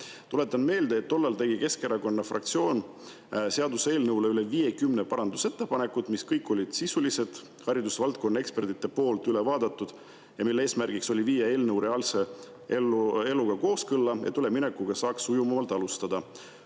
Tuletan meelde, et tollal tegi Keskerakonna fraktsioon seaduseelnõu kohta üle 50 parandusettepaneku, mis kõik olid sisulised. Haridusvaldkonna eksperdid olid need üle vaadanud. Nende eesmärk oli viia eelnõu reaalse eluga kooskõlla, et üleminekuga saaks sujuvamalt alustada.